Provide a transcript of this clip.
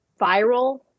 viral